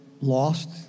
lost